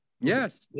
Yes